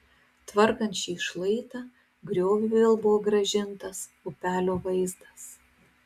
tvarkant šį šlaitą grioviui vėl buvo grąžintas upelio vaizdas